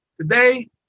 today